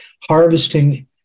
harvesting